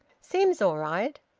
seems all right.